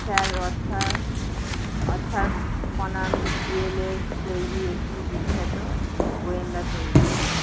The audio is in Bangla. স্যার অত্থা আর্থার কোন্যান ডয়েলের তৈরি একটি বিখ্যাত গোয়েন্দা চরিত্র